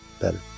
better